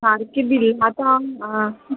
सारकें भिल्ला आतां